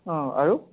অঁ আৰু